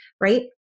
right